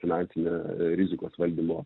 finansinę rizikos valdymo